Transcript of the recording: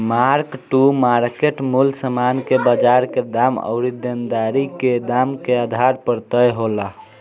mark to market मूल्य समान के बाजार के दाम अउरी देनदारी के दाम के आधार पर तय होला